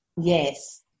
Yes